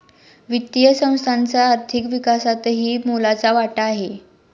वित्तीय संस्थांचा आर्थिक विकासातही मोलाचा वाटा आहे